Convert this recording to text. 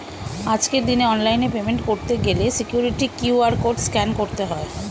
আজকের দিনে অনলাইনে পেমেন্ট করতে গেলে সিকিউরিটি কিউ.আর কোড স্ক্যান করতে হয়